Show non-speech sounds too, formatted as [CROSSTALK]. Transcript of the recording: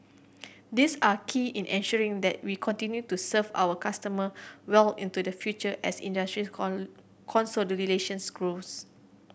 these are key in ensuring that we continue to serve our customer well into the future as industries [UNINTELLIGIBLE] consolidation grows